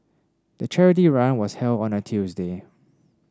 the charity run was held on a Tuesday